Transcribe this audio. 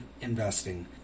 investing